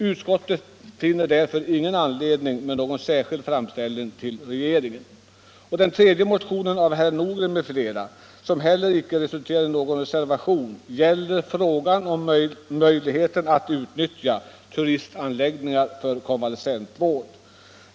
Utskottet finner ingen anledning till någon särskild framställning till regeringen. Den tredje motionen, nr 1656 av herr Nordgren m.fl., som heller icke resulterat i någon reservation, gäller möjligheterna att utnyttja turistanläggningar för konvalescentvård.